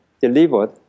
delivered